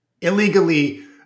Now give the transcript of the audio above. Illegally